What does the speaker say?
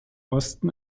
osten